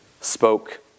spoke